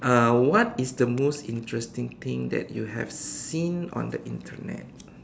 uh what is the most interesting thing that you have seen on the Internet